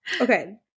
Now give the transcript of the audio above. Okay